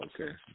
Okay